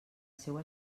seua